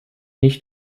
nicht